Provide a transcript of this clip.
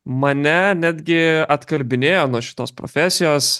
mane netgi atkalbinėjo nuo šitos profesijos